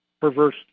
perverse